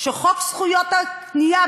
שחוק זכויות הקנייה,